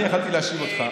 אני יכולתי להאשים אותך,